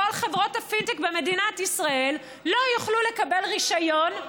כל חברות הפינטק במדינת ישראל לא יוכלו לקבל רישיון,